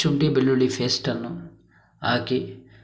ಶುಂಠಿ ಬೆಳ್ಳುಳ್ಳಿ ಫೇಸ್ಟನ್ನು ಹಾಕಿ